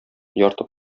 ярты